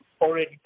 already